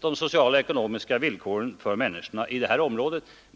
de sociala och ekonomiska villkoren för människorna i detta område.